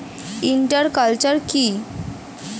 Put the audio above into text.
Inter culture কি?